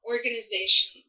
Organization